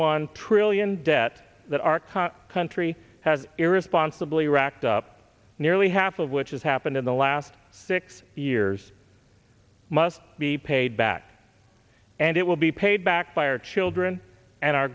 one trillion debt that arcot country has irresponsibly racked up nearly half of which has happened in the last six years must be paid back and it will be paid back by our children and our